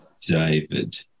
David